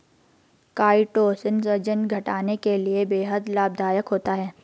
chitosan वजन घटाने के लिए बेहद लाभदायक होता है